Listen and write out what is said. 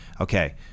Okay